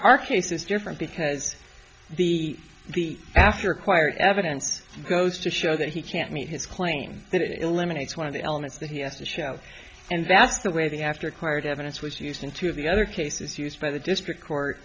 are cases different because the the after acquired evidence goes to show that he can't meet his claim that it eliminates one of the elements that he has to show and that's the way the after acquired evidence was used in two of the other cases used by the district court